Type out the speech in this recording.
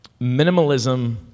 minimalism